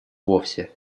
вовсе